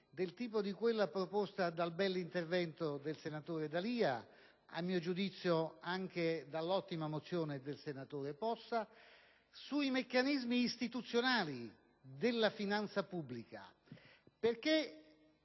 del tipo di quella proposta nel bell'intervento del senatore D'Alia e, a mio giudizio, anche dall'ottima mozione del senatore Possa, sui meccanismi istituzionali della finanza pubblica. Tutti